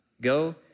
Go